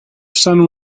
son